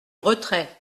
retrait